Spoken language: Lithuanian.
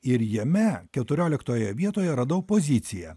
ir jame keturioliktoje vietoje radau poziciją